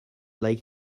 like